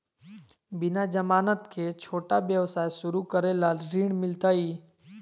बिना जमानत के, छोटा व्यवसाय शुरू करे ला ऋण मिलतई?